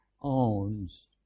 owns